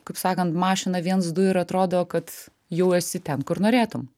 kaip sakant mašina viens du ir atrodo kad jau esi ten kur norėtum